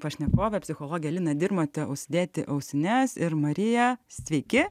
pašnekovė psichologė lina dirmote užsidėti ausines ir marija sveiki